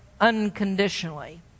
unconditionally